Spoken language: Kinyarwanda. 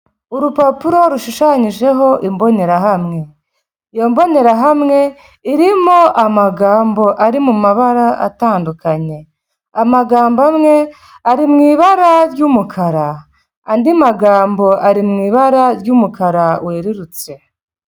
Urupapuro rushushanyijeho imbonerahamwe, iyo mbonerahamwe irimo amagambo ari mu mabara atandukanye, amagambo amwe ari mu ibara ry'umukara andi magambo ari mu ibara ry'umukara werurutse.